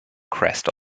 crest